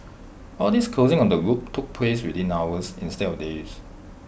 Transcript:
all this closing of the loop took place within hours instead of days